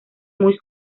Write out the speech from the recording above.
muy